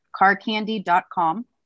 carcandy.com